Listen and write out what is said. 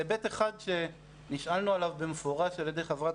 היבט אחד שנשאלנו עליו במפורש על ידי חברת